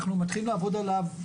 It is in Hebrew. אנחנו מתחילים לעבוד עליו,